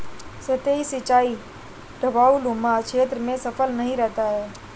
सतही सिंचाई ढवाऊनुमा क्षेत्र में सफल नहीं रहता है